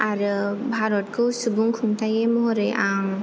आरो भारतखौ सुबुं खुंथाइ महरै आं